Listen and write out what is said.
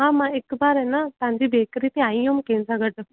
हा मां हिकु बार न तव्हांजी बेकरी ते आई हुयमि कंहिंसा गॾु